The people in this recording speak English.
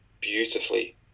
beautifully